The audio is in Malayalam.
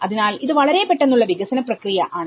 അതിനാൽ ഇത് വളരെ പെട്ടെന്നുള്ള വികസന പ്രക്രിയ ആണ്